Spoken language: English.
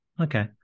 Okay